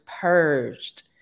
purged